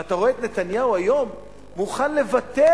ואתה רואה את נתניהו היום מוכן לוותר,